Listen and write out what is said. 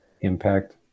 impact